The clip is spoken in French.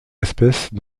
espèces